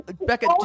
Becca